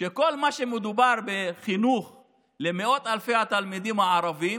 ובכל מה שמדובר בחינוך למאות אלפי התלמידים הערבים